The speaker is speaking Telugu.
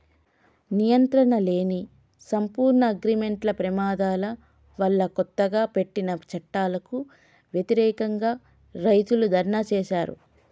నియంత్రణలేని, అసంపూర్ణ అగ్రిమార్కెట్ల ప్రమాదాల వల్లకొత్తగా పెట్టిన చట్టాలకు వ్యతిరేకంగా, రైతులు ధర్నా చేశారు